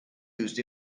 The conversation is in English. used